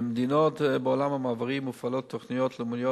במדינות בעולם המערבי מופעלות תוכניות לאומיות